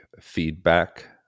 feedback